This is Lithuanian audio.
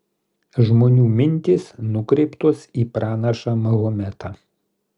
žmonių mintys nukreiptos į pranašą mahometą